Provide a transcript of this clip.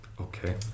Okay